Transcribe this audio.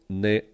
ne